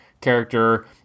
character